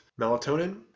melatonin